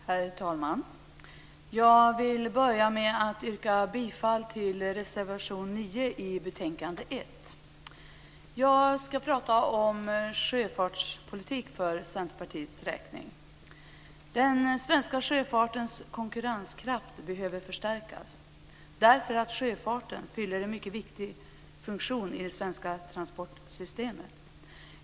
Herr talman! Jag vill börja med att yrka bifall till reservation 9 i betänkande 1. Jag ska för Centerpartiets räkning prata om sjöfartspolitik. Den svenska sjöfartens konkurrenskraft behöver förstärkas därför att sjöfarten fyller en mycket viktig funktion i det svenska transportsystemet.